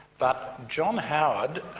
but john howard